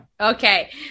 Okay